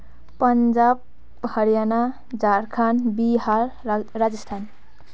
पन्जाब हरियाणा झारखण्ड बिहार राज् राजस्थान